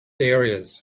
areas